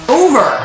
over